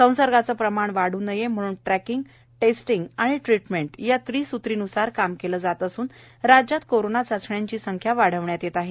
संसर्गाचे प्रमाण वाढू नये म्हणून ट्रक्कींग टेस्टींग आणि ट्रीटमेंट या त्रि सूत्रीन्सार काम केले जात असून राज्यात कोरोना चाचण्यांची संख्या वाढविण्यात येत आहे